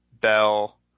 bell